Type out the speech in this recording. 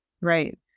Right